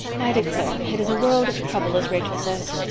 i declare, it is a world of trouble, as rachel says.